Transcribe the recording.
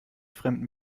fremden